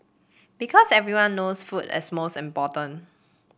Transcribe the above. because everyone knows food is most important